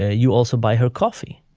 ah you also buy her coffee